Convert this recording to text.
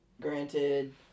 Granted